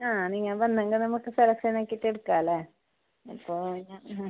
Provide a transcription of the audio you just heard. ആ നിങ്ങൾ വന്നെങ്കിൽ നമ്മൾക്ക് സെലക്ഷൻ ആക്കിയിട്ട് എടുക്കാമല്ലേ ഇപ്പോൾ ഞാൻ ആ